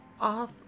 off